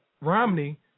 Romney